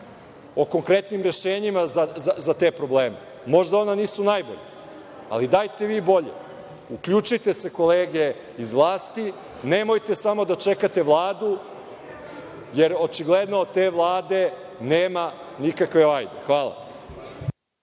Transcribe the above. o konkretnim rešenjima za te probleme. Možda ona nisu najbolja, ali dajte vi bolja. Uključite se, kolege iz vlasti. Nemojte samo da čekate Vladu, jer očigledno da od te vlade nema nikakve vajde. Hvala.